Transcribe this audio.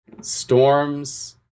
storms